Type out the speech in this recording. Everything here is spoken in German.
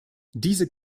diese